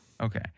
Okay